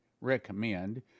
recommend